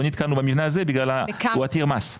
לא נתקלנו במבנה הזה בגלל שהוא עתיר מס,